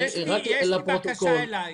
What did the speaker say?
רק לפרוטוקול,